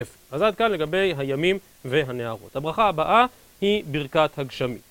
אז עד כאן לגבי הימים והנהרות. הברכה הבאה היא ברכת הגשמים.